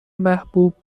محبوب